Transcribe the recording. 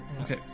Okay